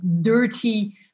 dirty